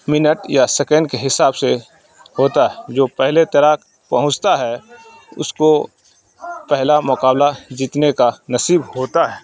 minute یا second کے حساب سے ہوتا ہے جو پہلے تیراک پہنچتا ہے اس کو پہلا مقابلہ جیتنے کا نصیب ہوتا ہے